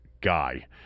guy